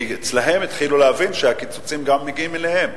כי התחילו להבין אצלן שהקיצוצים מגיעים גם אליהן.